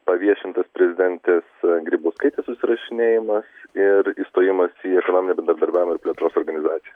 paviešintas prezidentės grybauskaitės susirašinėjimas ir įstojimas į ekonominio bendradarbiavimo ir plėtros organizaciją